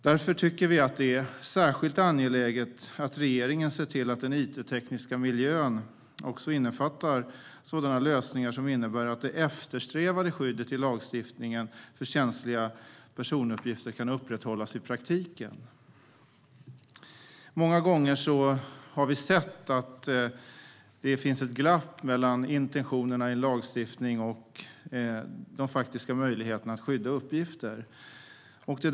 Därför är det särskilt angeläget att regeringen ser till att it-miljön också innefattar sådana lösningar att det eftersträvade skyddet i lagstiftningen för känsliga personuppgifter kan upprätthållas i praktiken. Många gånger finns det ett glapp mellan intentionerna i lagstiftningen och de faktiska möjligheterna att skydda uppgifter.